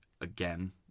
again